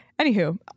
anywho